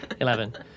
Eleven